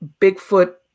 Bigfoot